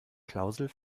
klausel